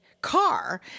car